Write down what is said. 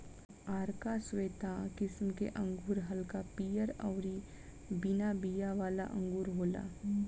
आरका श्वेता किस्म के अंगूर हल्का पियर अउरी बिना बिया वाला अंगूर होला